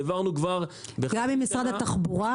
גם עם משרד התחבורה?